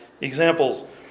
examples